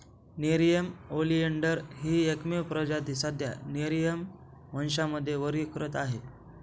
Nerium oleander ही एकमेव प्रजाती सध्या नेरिअम वंशामध्ये वर्गीकृत आहे